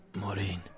Maureen